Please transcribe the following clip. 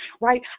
right